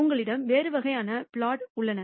உங்களிடம் வேறு வகையான பிளாட் உள்ளன